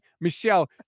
Michelle